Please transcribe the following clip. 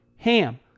HAM